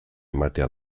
ematea